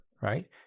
right